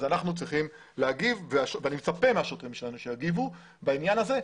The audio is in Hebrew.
אנחנו צריכים להגיב ואני מצפה מהשוטרים שלנו שיגיבו בעניין הזה,